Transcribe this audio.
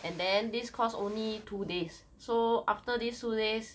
and then this course only two days so after this two days